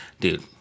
dude